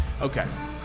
okay